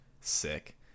sick